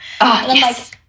yes